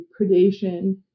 predation